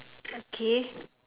okay